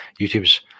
YouTube's